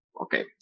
okay